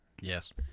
Yes